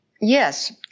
Yes